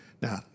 Now